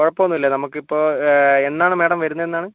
കുഴപ്പമൊന്നുമില്ല നമുക്കിപ്പോൾ എന്നാണ് മേഡം വരുന്നത് എന്നാണ്